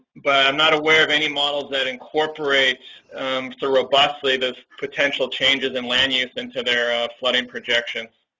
but i'm not aware of any models that incorporate so robustly those potential changes in land use into their flooding projections.